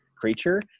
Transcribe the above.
creature